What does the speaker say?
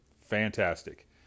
fantastic